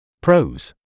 Pros